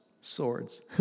Swords